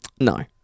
No